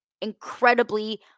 Incredibly